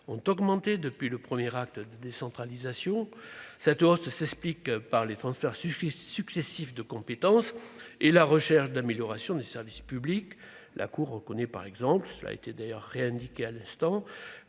ont augmenté depuis le premier acte de la décentralisation, cette hausse s'explique par les transferts successifs de compétences et la recherche d'amélioration des services publics. La Cour reconnaît par exemple que la décentralisation a permis